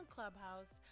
Clubhouse